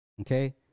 okay